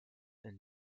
and